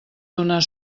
donar